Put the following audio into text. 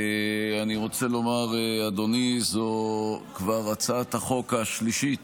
אני רוצה לומר, אדוני, שזאת כבר הצעת החוק השלישית